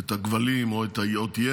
את הכבלים או את yes,